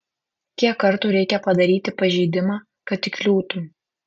kiek kartų reikia padaryti pažeidimą kad įkliūtum